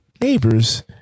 neighbors